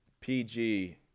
PG